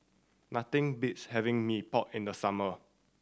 nothing beats having Mee Pok in the summer